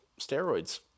steroids